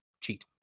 cheat